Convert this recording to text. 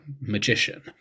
magician